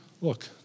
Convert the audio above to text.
look